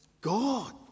God